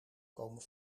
komen